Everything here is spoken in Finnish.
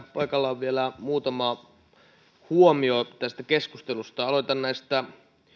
paikallaan vielä muutama huomio tästä keskustelusta aloitan näistä